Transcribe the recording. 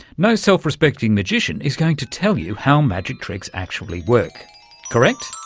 no self-respecting magician is going to tell you how magic tricks actually work correct?